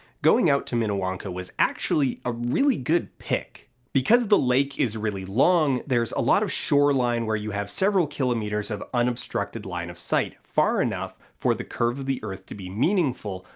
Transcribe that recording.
going out to minnewanka was actually a really good pick. because the lake is really long there's a lot of shoreline where you have several kilometres of unobstructed line of sight, far enough for the curve of the earth to be meaningful,